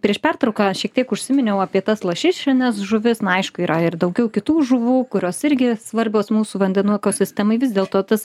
prieš pertrauką šiek tiek užsiminiau apie tas lašišines žuvis na aišku yra ir daugiau kitų žuvų kurios irgi svarbios mūsų vandenų ekosistemai vis dėlto tas